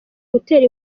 gutera